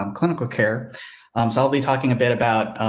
um clinical care. um, so i'll be talking a bit about,